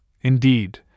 indeed